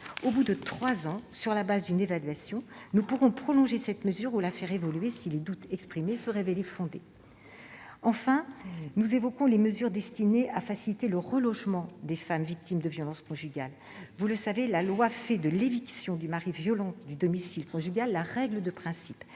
au bout de trois ans, sur le fondement d'une évaluation, nous pourrons prolonger cette mesure ou la faire évoluer si les doutes exprimés se révélaient fondés. J'en terminerai en évoquant les mesures destinées à faciliter le relogement des femmes victimes de violences conjugales. Vous le savez, la loi fait de l'éviction du mari violent du domicile conjugal la règle de principe.